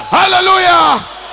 hallelujah